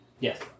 Yes